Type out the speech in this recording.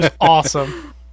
awesome